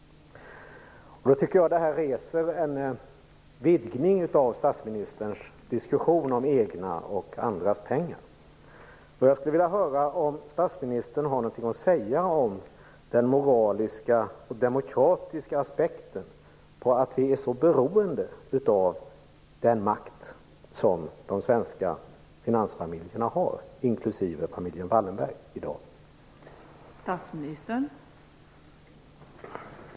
Jag skulle utifrån detta vilja vidga statsministerns diskussion om egna och andras pengar. Jag skulle vilja höra om statsministern har något att säga om den moraliska och demokratiska aspekten på att vi är så beroende av den makt som de svenska finansfamiljerna, inklusive familjen Wallenberg, i dag har.